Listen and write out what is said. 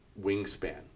Wingspan